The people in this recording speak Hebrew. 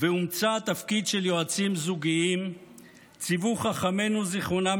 ושהומצא התפקיד של יועצים זוגיים ציוו חכמינו זיכרונם